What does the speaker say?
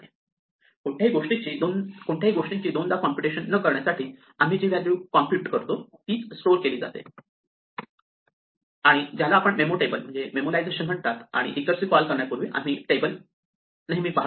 आणि कोणत्याही गोष्टीची दोनदा कॉम्प्युटेशन न करण्यासाठी आम्ही जी व्हॅल्यू कम्प्युट करतो तीच स्टोअर केली जाते ज्याला आपण मेमो टेबल मेमोलायझेशन म्हणतात आणि रिकर्सिव कॉल करण्यापूर्वी आम्ही नेहमी टेबल पाहतो